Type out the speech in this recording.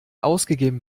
ausgegeben